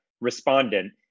respondent